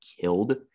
killed